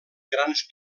grans